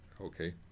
okay